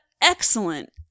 Excellent